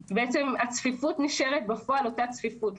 הצפיפות נשארת בפועל אותה צפיפות,